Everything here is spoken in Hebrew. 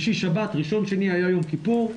היה יום כיפור,